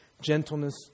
gentleness